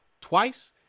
twice